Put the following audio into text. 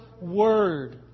word